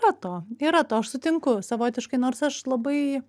yra to yra to aš sutinku savotiškai nors aš labai